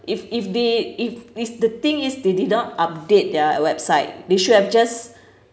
if if they if the thing is they did not update their website they should have just